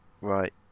right